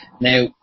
Now